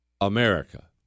America